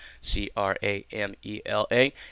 C-R-A-M-E-L-A